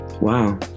Wow